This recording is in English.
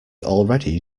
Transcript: already